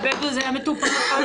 תודה.